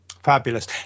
Fabulous